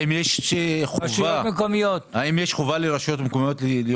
האם יש חובה על רשויות מקומיות להיות